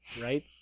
right